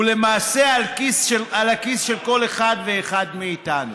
ולמעשה על הכיס של כל אחד ואחד מאיתנו.